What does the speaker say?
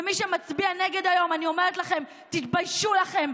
ומי שמצביע נגד היום, אני אומרת לכם: תתביישו לכם.